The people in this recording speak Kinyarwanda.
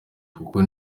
kuko